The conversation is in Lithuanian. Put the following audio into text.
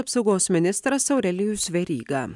apsaugos ministras aurelijus veryga